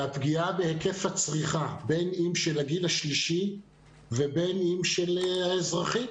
והפגיעה בהיקף הצריכה בין אם של הגיל השלישי ובין אם של האזרחים,